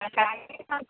बताइए कब